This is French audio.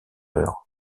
heures